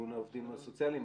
ארגון העובדים הסוציאליים.